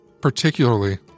particularly